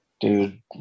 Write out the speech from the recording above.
dude